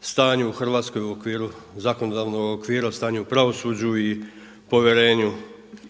stanju u Hrvatskoj u okviru zakonodavnog okvira o stanju u pravosuđu i povjerenju